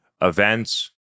events